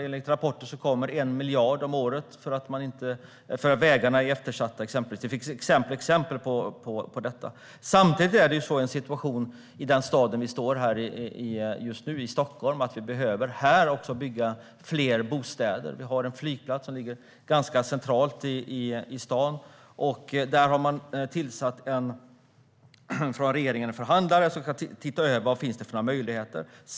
Enligt rapporter förlorar skogsindustrin 1 miljard om året för att vägarna är eftersatta. Det finns exempel på detta. Samtidigt behöver vi i den stad vi står i just nu, Stockholm, bygga fler bostäder. Vi har en flygplats som ligger ganska centralt. Regeringen har tillsatt en förhandlare som ska titta över vad det finns för möjligheter.